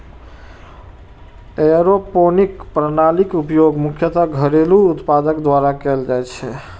aeroponic प्रणालीक उपयोग मुख्यतः घरेलू उत्पादक द्वारा कैल जाइ छै